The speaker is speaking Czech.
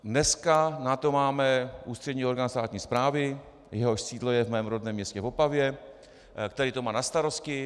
Dneska na to máme ústřední orgán státní správy, jehož sídlo je v mém rodném městě Opavě, který to má na starosti.